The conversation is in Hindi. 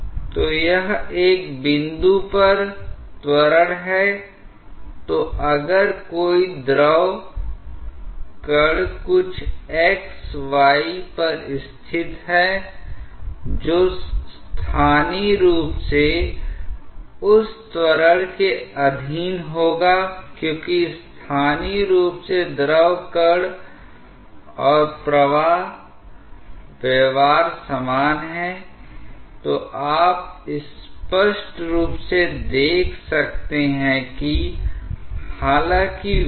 तो डिजाइन के पहलू अब काफी स्पष्ट हैं की अभिसारी और अपसारी अनुभागों में अलग अलग कोण क्यों होने चाहिए और वह कौन से पैरामीटर हैं जिनसे हमें इन कोणों की सीमा तय करनी चाहिए तो इन बातों को ध्यान में रखते हुए यदि कोई इस उपकरण हानि को न्यूनतम रखते हुए अच्छी तरह से डिजाइन करता है तो निर्वहन का गुणांक जो वास्तविक प्रवाह दर और आदर्श प्रवाह दर के बीच का अनुपात है यह वास्तव में 1 के बहुत करीब होता है जैसे कि 098 097